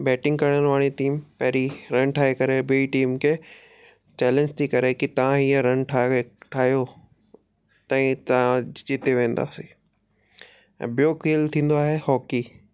batting करण वारी team पहिरीं रन ठाहे करे ॿी टीम खे चैलेंज थी करे कि तव्हां ईअं रन ठाहे वे ठाहियो त ही तव्हां जिते वेंदासीं ऐं ॿियों खेल थींदो आहे हॉकी